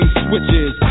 switches